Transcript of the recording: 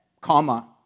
comma